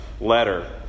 letter